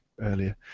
earlier